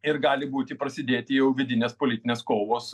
ir gali būti prasidėti jau vidinės politinės kovos